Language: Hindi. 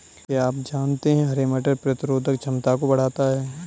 क्या आप जानते है हरे मटर प्रतिरोधक क्षमता को बढ़ाता है?